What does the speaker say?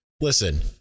Listen